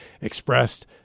expressed